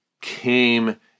came